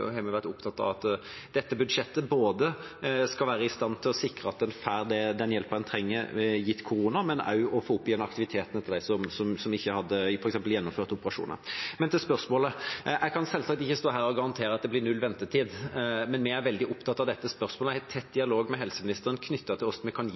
vært opptatt av at dette budsjettet både skal være i stand til å sikre at en får den hjelpen en trenger, gitt korona, og også få opp igjen aktiviteten med hensyn til dem som f.eks. ikke hadde fått gjennomført operasjoner. Men til spørsmålet: Jeg kan selvsagt ikke stå her og garantere at det blir null ventetid, men vi er veldig opptatt av dette spørsmålet, og jeg har tett dialog med helseministeren knyttet til hvordan vi kan gi